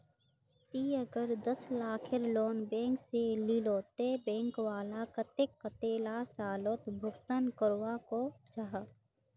ती अगर दस लाखेर लोन बैंक से लिलो ते बैंक वाला कतेक कतेला सालोत भुगतान करवा को जाहा?